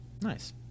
Nice